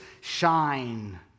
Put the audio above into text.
shine